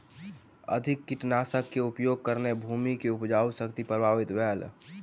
अधिक कीटनाशक के उपयोगक कारणेँ भूमि के उपजाऊ शक्ति प्रभावित भेल